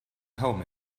home